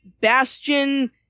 Bastion